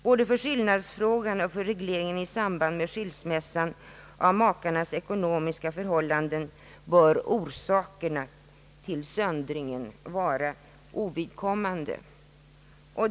Både för skillnadsfrågan och för regleringen i samband med skilsmässan av makarnas ekonomiska förhållanden bör orsakerna till söndringen vara ovidkommande.